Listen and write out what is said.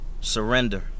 surrender